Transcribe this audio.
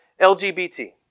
LGBT